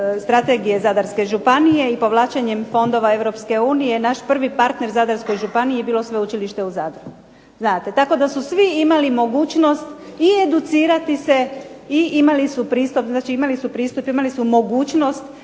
strategije Zadarske županije i povlačenjem fondova Europske unije, naš prvi partner Zadarskoj županiji bilo sveučilište u Zadru. Znate, tako da su svi imali mogućnost i educirati se i imali su pristup, znači imali su pristup, imali su mogućnost